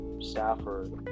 Stafford